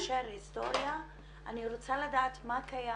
יותר מאשר היסטוריה אני רוצה לדעת מה קיים